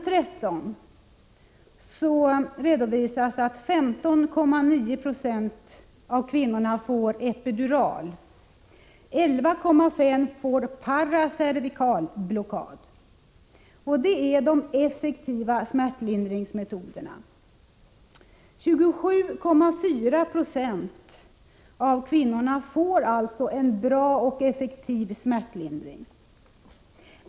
13i betänkandet redovisas att 15,9 90 av kvinnorna får epidural, och 11,5 90 får paracervikalblockad. De är de effektiva smärtlindringsmetoderna. 27,4 96 av kvinnorna får alltså en bra och effektiv smärtlindring.